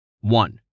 one